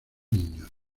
niños